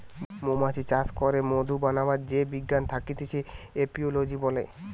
মৌমাছি চাষ করে মধু বানাবার যেই বিজ্ঞান থাকতিছে এপিওলোজি বলে